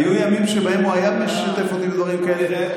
היו ימים שבהם הוא היה משתף אותי בדברים כאלה,